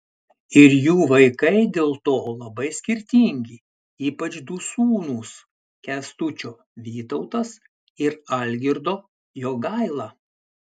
ir jų vaikai dėl to labai skirtingi ypač du sūnūs kęstučio vytautas ir algirdo jogaila